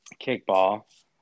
kickball